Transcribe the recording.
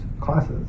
classes